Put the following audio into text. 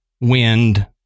wind